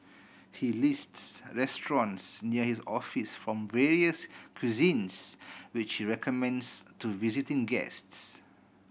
he lists restaurants near his office from various cuisines which recommends to visiting guests